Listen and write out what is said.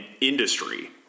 industry